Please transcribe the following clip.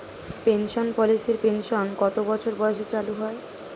Pension পলিসির pension কত বছর বয়সে চালু হয়?